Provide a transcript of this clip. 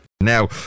Now